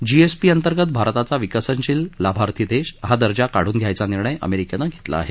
GSP अंतर्गत भारताचा विकसनशील लाभार्थी देश हा दर्जा काढून घेण्याचा निर्णय अमेरिकेनं घेतला आहे